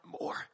more